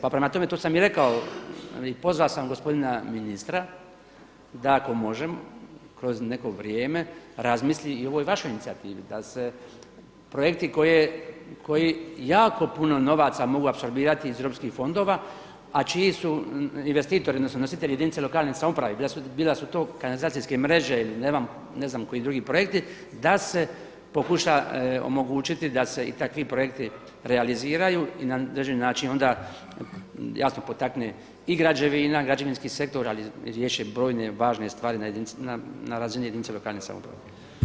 Pa prema tome to sam i rekao i pozvao sam gospodina ministra da ako može kroz neko vrijeme razmisli i o ovoj vašoj inicijativi da se projekti koji jako puno novaca mogu apsorbirati iz europskih fondova a čiji su investitori, odnosno nositelji jedinica lokalne samouprave, bila su to kanalizacijske mreže ili ne znam koji drugi projekti da se pokuša omogućiti da se i takvi projekti realiziraju i na određeni način onda jasno potakne i građevina, građevinski sektor ali i riješe brojne, važne stvari na razini jedinice lokalne samouprave.